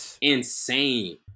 insane